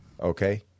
Okay